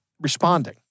responding